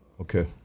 Okay